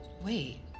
Wait